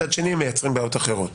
מצד שני, הם מייצרים בעיות אחרות.